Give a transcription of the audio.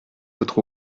votre